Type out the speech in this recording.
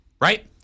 right